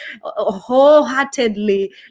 wholeheartedly